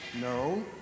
no